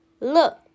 look